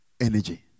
energy